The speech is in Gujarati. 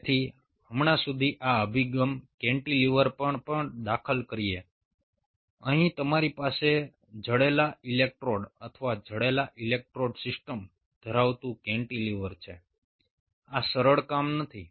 તેથી હમણાં સુધી આ અભિગમ કેન્ટિલીવર પર પણ દાખલા તરીકે અહીં તમારી પાસે જડેલા ઇલેક્ટ્રોડ અથવા જડેલા ઇલેક્ટ્રોડ સિસ્ટમ્સ ધરાવતું કેન્ટિલીવર છે આ સરળ કામ નથી